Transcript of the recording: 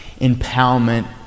empowerment